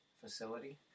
facility